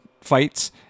fights